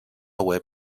web